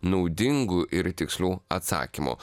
naudingų ir tikslių atsakymų